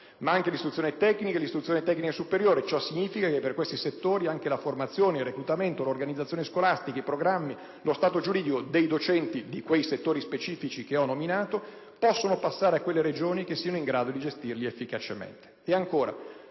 ma anche l'istruzione tecnica e l'istruzione tecnica superiore. Ciò significa che per questi settori anche la formazione, il reclutamento, l'organizzazione scolastica, i programmi, lo stato giuridico dei docenti dei settori specifici che ho nominato possono passare a quelle Regioni che siano in grado di gestirli efficacemente.